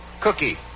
Cookie